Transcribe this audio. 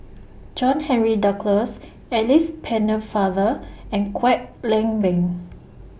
John Henry Duclos Alice Pennefather and Kwek Leng Beng